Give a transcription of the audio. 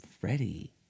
Freddie